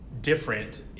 different